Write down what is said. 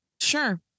Sure